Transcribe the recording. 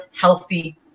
healthy